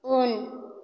उन